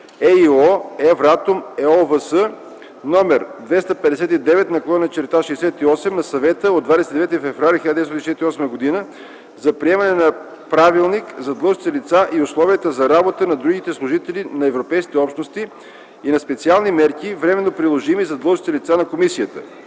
(ЕИО, Евратом, ЕОВС) № 259/68 на Съвета от 29 февруари 1968 г. за приемане на Правилник за длъжностните лица и Условията за работа на другите служители на Европейските общности и на специални мерки, временно приложими за длъжностните лица на Комисията.